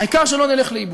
העיקר שלא נלך לאיבוד.